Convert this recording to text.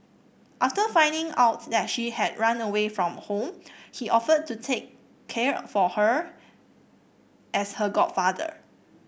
after finding out that she had run away from home he offered to take care for her as her godfather